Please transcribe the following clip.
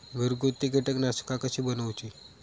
घरगुती कीटकनाशका कशी बनवूची?